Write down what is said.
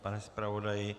Pane zpravodaji?